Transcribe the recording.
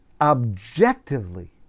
objectively